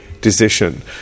decision